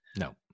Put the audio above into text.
No